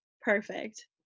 perfect